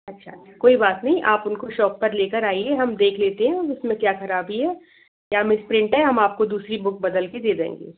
अच्छा मैम कोई बात नहीं आप उनको शॉप पर लेकर आइए हम देख लेते हैं उसमें क्या ख़राबी है क्या मिस्प्रिंट है हम आपको दूसरी बुक बदल के दे देंगे